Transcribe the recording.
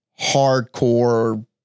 hardcore